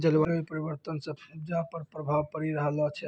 जलवायु परिवर्तन से उपजा पर प्रभाव पड़ी रहलो छै